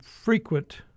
frequent